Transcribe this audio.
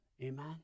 amen